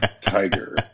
tiger